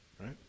right